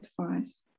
advice